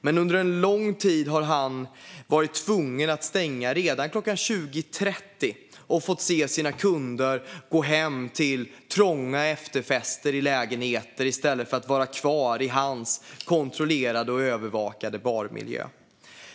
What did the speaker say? Men under lång tid har han varit tvungen att stänga redan 20.30 och fått se sina kunder gå hem till efterfester i trånga lägenheter i stället för att vara kvar i hans kontrollerade och övervakade barmiljö.